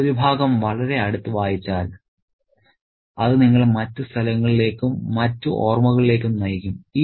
നിങ്ങൾ ഒരു ഭാഗം വളരെ അടുത്ത് വായിച്ചാൽ അത് നിങ്ങളെ മറ്റ് സ്ഥലങ്ങളിലേക്കും മറ്റ് ഓർമ്മകളിലേക്കും നയിക്കും